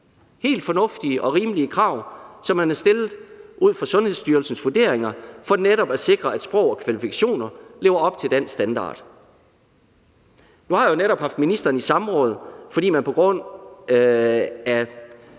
helt fornuftige og rimelige krav, som man har stillet ud fra Sundhedsstyrelsens vurdering for netop at sikre, at sprog og kvalifikationer lever op til dansk standard. Nu har jeg jo netop haft ministeren i samråd, fordi man på grund af